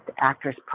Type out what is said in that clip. actors